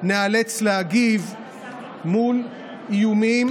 ניאלץ להגיב מול איומים.